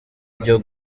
byo